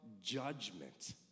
judgment